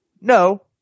No